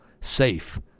safe